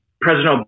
President